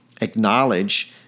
Acknowledge